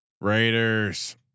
Raiders